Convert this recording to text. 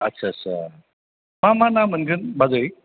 अस्सासा मा मा ना मोनगोन बाजै